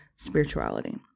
Spirituality